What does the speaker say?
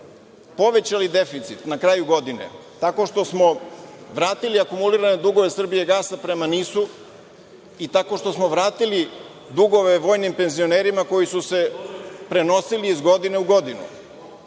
povećali deficit na kraju godine tako što smo vratili akumulirane dugove „Srbijagasa“ prema NIS-u i tako što smo vratili dugove vojnim penzionerima koji su se prenosili iz godine u godinu. Mi